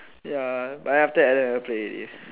ya but after that I never play already